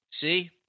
See